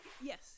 Yes